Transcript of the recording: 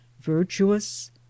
virtuous